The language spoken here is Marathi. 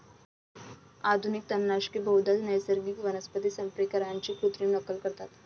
आधुनिक तणनाशके बहुधा नैसर्गिक वनस्पती संप्रेरकांची कृत्रिम नक्कल करतात